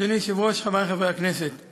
אדוני היושב-ראש, חברי חברי הכנסת,